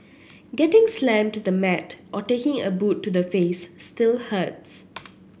getting slammed to the mat or taking a boot to the face still hurts